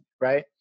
Right